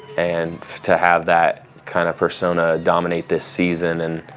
and to have that kind of persona dominate this season, and